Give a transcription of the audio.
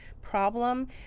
problem